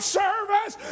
service